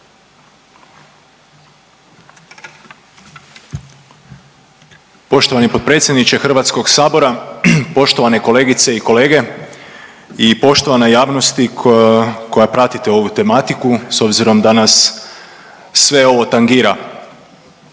Poštovani potpredsjedniče Hrvatskog sabora, poštovane kolegice i kolege i poštovana javnosti koja pratite ovu tematiku s obzirom da nas sve ovo tangira.